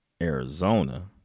Arizona